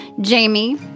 Jamie